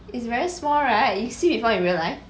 it's very small right you see before in real life